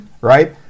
right